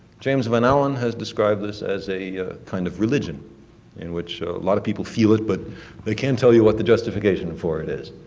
james van allen has described this as a kind of religion in which a lot of people feel it, but they can't tell you what the justification and for it is.